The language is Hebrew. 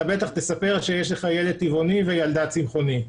אתה בטח תספר שיש לך ילד טבעוני וילדה צמחונית.